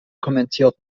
kommentiert